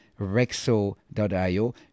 REXO.io